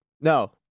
No